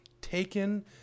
taken